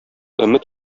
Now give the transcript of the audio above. өмет